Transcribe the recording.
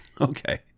Okay